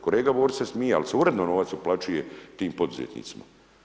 Kolega Borić se smije ali se uredno novac uplaćuje tim poduzetnicima.